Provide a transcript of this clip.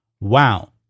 Wow